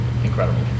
incredible